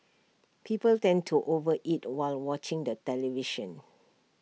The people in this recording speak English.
people tend to over eat while watching the television